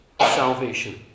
salvation